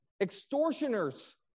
extortioners